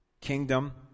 kingdom